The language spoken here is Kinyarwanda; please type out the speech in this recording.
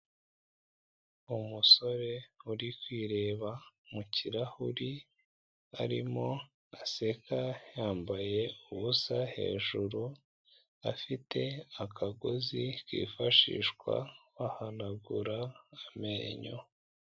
Umusore uri kwireba mu kirahuri arimo aseka yambaye ubusa hejuru, afite akagozi kifashishwa bahanagura amenyo.